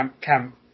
camp